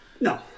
No